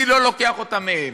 אני לא לוקח אותה מהם.